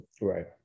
right